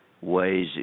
ways